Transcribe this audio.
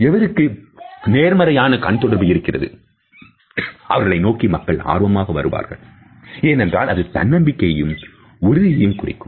எவருக்கு நேர்மறையான கண் தொடர்பு இருக்கிறது அவர்களை நோக்கி மக்கள் ஆர்வமாக வருவார்கள் ஏனென்றால் அது தன்னம்பிக்கையும் உறுதியையும் குறிக்கும்